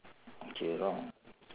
okay wrong